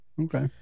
okay